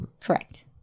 Correct